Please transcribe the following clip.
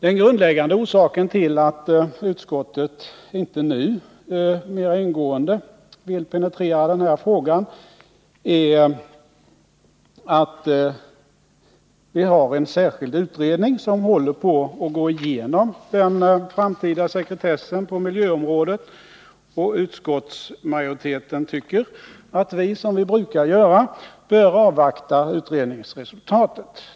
Den grundläggande orsaken till att utskottet inte nu mera ingående vill penetrera den här frågan är att vi har en särskild utredning som går igenom den framtida sekretessen på miljöområdet, och utskottsmajoriteten tycker att vi — som vi brukar göra — bör avvakta utredningsresultatet.